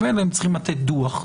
ממילא הם צריכים לתת דו"ח.